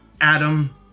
Adam